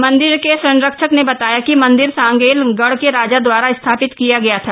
मंदिर के संरक्षक ने बताया कि मंदिर सांगेल गढ़ के राजा दवारा स्थापित किया गया था